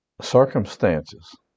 circumstances